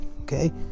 okay